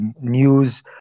news